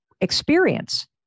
experience